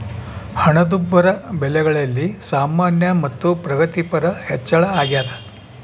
ಹಣದುಬ್ಬರ ಬೆಲೆಗಳಲ್ಲಿ ಸಾಮಾನ್ಯ ಮತ್ತು ಪ್ರಗತಿಪರ ಹೆಚ್ಚಳ ಅಗ್ಯಾದ